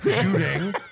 shooting